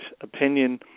opinion